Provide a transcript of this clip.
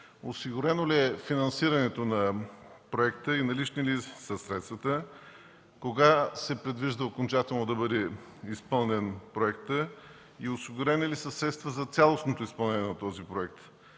Осигурено ли е финансирането на проекта и налични ли са средствата? Кога се предвижда окончателно да бъде изпълнен проектът и осигурени ли са средства за цялостното изпълнение на този проект?